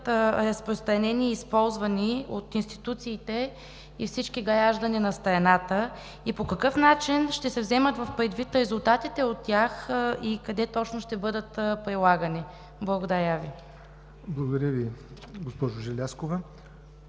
разпространени и използвани от институциите и всички граждани на страната? По какъв начин ще се вземат предвид резултатите от тях и къде точно ще бъдат прилагани? Благодаря Ви. ПРЕДСЕДАТЕЛ ЯВОР НОТЕВ: Благодаря Ви, госпожо Желязкова.